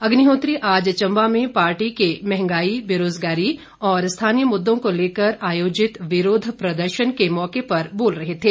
अग्निहोत्री आज चंबा में पार्टी के महंगाई बेरोजगारी और स्थानीय मुद्दों को लेकर आयोजित विरोध प्रदर्शन के मौके पर बोल रहे थे